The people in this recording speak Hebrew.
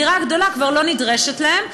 הדירה הגדולה כבר לא נדרשת להם,